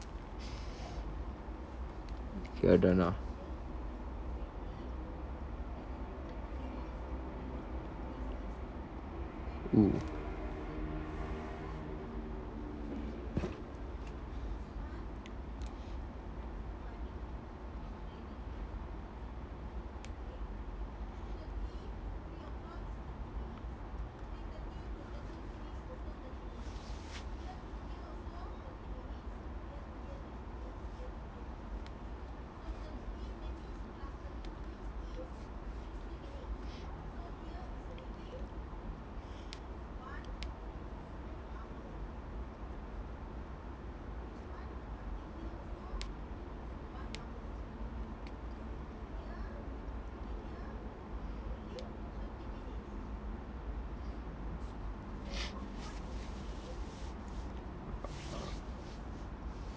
you are done ah oo